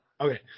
Okay